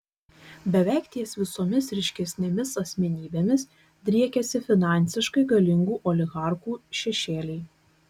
beveik ties visomis ryškesnėmis asmenybėmis driekiasi finansiškai galingų oligarchų šešėliai